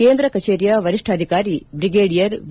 ಕೇಂದ್ರ ಕಚೇರಿಯ ವರಿಷ್ಠಾಧಿಕಾರಿ ಬ್ರಿಗೇಡಿಯರ್ ವಿ